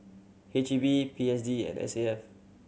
H E B P S D and S A F